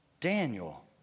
Daniel